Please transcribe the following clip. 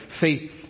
Faith